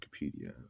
Wikipedia